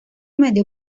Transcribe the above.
medio